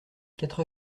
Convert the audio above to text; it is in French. quatre